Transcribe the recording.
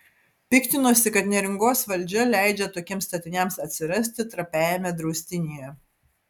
piktinosi kad neringos valdžia leidžia tokiems statiniams atsirasti trapiajame draustinyje